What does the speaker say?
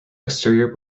exterior